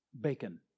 bacon